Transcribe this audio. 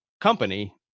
company